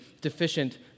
deficient